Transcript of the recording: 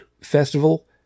festival